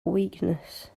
weakness